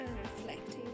reflective